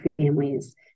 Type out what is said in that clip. families